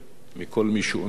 מכל מי שאומר "לא"